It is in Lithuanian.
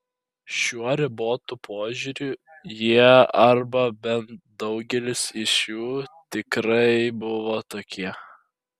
šiuo ribotu požiūriu jie arba bent daugelis iš jų tikrai buvo tokie